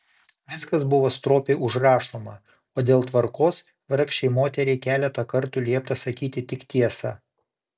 viskas buvo stropiai užrašoma o dėl tvarkos vargšei moteriai keletą kartų liepta sakyti tik tiesą